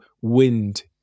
wind